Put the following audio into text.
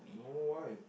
no why